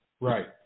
Right